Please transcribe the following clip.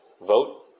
vote